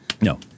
No